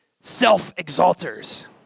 self-exalters